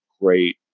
great